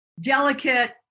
delicate